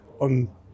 on